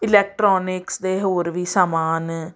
electronics ਦੇ ਹੋਰ ਵੀ ਸਮਾਨ